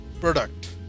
product